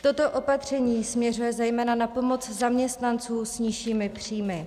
Toto opatření směřuje zejména na pomoc zaměstnancům s nižšími příjmy.